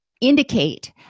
indicate